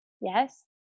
Yes